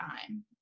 time